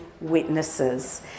witnesses